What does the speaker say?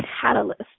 catalyst